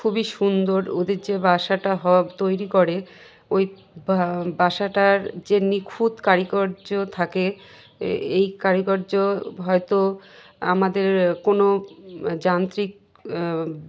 খুবই সুন্দর ওদের যে বাসাটা হ তৈরি করে ওই বাসাটার যে নিখুঁত কারুকার্য থাকে এই কারিকর্য হয়তো আমাদের কোনো যান্ত্রিক